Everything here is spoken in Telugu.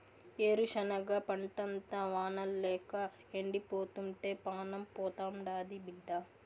ఏరుశనగ పంటంతా వానల్లేక ఎండిపోతుంటే పానం పోతాండాది బిడ్డా